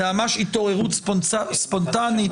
זה ממש התעוררות ספונטנית.